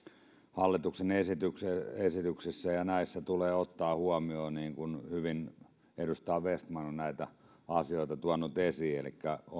hallituksen esityksissä ja näissä tulee ottaa se huomioon niin kuin hyvin edustaja vestman on näitä asioita tuonut esiin elikkä